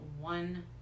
one